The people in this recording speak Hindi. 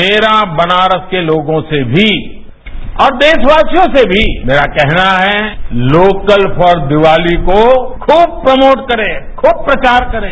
मेरा बनारस के लोगों से भी और देशवासियों से भी मेरा कहना है कि लोकल फॉर दीवाली को खुब प्रमोट करें खुब प्रचार करें